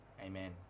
Amen